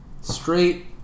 Straight